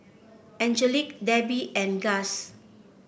Angelique Debbi and Gust